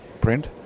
print